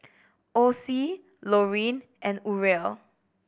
Ocie Loreen and Uriel